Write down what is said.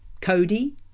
Cody